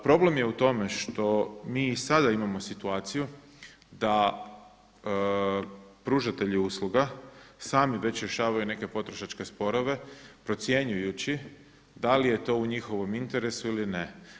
Problem je u tome što mi i sada imamo situaciju da pružatelji usluga sami već rješavaju neke potrošačke sporove procjenjujući da li je to u njihovom interesu ili ne.